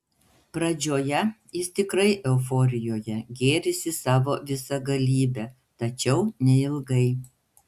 pradžioje jis tikrai euforijoje gėrisi savo visagalybe tačiau neilgai